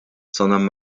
sondern